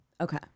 Okay